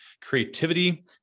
creativity